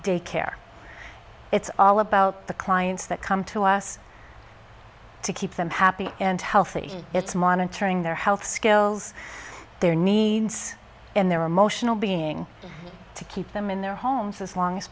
day care it's all about the clients that come to us to keep them happy and healthy it's monitoring their health skills their needs and their emotional being to keep them in their homes as long as